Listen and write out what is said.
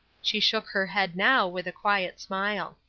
she shook her head now, with a quiet smile.